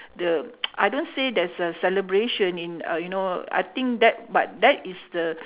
the I don't say there's a celebration in uh you know I think that but that is the